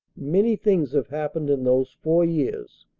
many things have happened in those four years,